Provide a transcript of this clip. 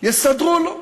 יסדרו לו,